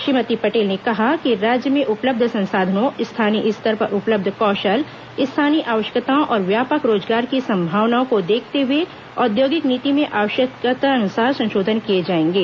श्रीमती पटेल ने कहा कि राज्य में उपलब्ध संसाधनों स्थानीय स्तर पर उपलब्ध कौशल स्थानीय आवश्यकताओं और व्यापक रोजगार की संभावनाओं को देखते हुए औद्योगिक नीति में आवश्यकतानुसार संशोधन किए जाएंगे